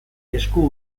esku